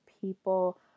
people